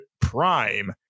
prime